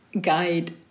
guide